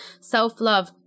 self-love